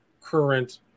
current